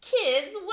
Kids